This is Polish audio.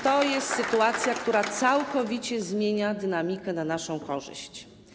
To jest sytuacja, która całkowicie zmienia dynamikę na naszą korzyść.